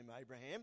Abraham